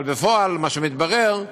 אבל בפועל, מה שמתברר,